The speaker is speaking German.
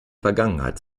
vergangenheit